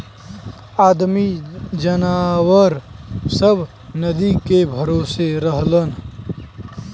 आदमी जनावर सब नदी के भरोसे रहलन